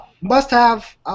Must-have